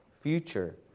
future